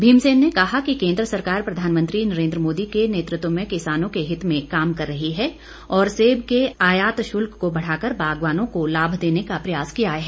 भीम सेन ने कहा कि केंद्र सरकार प्रधानमंत्री नरेन्द्र मोदी के नेतत्व में किसानों के हित में काम कर रही है और सेब के आयात शुल्क को बढ़ाकर बागवानों को लाभ देने का प्रयास किया है